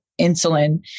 insulin